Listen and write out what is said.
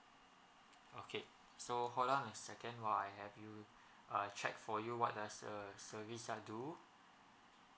okay so hold on a second while I have uh check for you what does a service yard do